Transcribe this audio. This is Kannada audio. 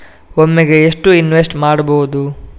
ಒಮ್ಮೆಗೆ ಎಷ್ಟು ಇನ್ವೆಸ್ಟ್ ಮಾಡ್ಬೊದು?